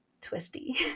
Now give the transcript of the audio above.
twisty